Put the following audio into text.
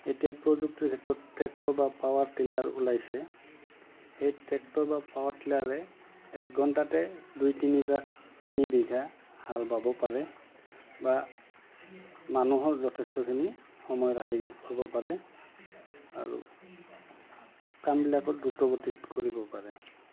এতিয়া প্ৰযুক্তিৰ ক্ষেত্ৰত ট্ৰেক্টৰ বা পাৱাৰ টিলাৰ ওলাইছে সেই ট্ৰেক্টৰ বা পাৱাৰ টিলাৰে এক ঘণ্টাতে দুই তিন বা তিনি বিঘা হাল বাব পাৰে বা মানুহৰ যথেষ্টখিনি সময় ৰাহি হ'ব পাৰে আৰু কামবিলাকত দ্ৰুতগতিত কৰিব পাৰে